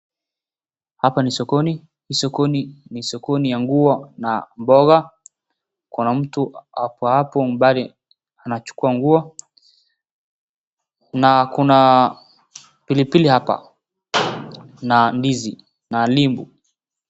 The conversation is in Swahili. Hapa ni sokoni, hii sokoni ni sokoni ya nguo na mboga kuna mtu ako hapo mbali anachukua nguo na kuna pilipili hapa na ndizi na ndimu.